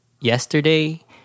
yesterday